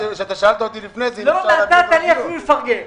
לא נתת לי אפילו לפרגן.